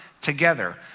together